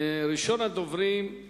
ראשון הדוברים הוא